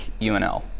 UNL